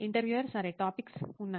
interviewer సరే topics ఉన్నాయి